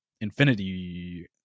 infinity